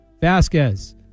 Vasquez